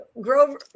Grover